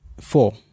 four